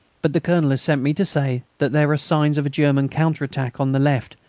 but the colonel has sent me to say that there are signs of a german counter-attack on the left,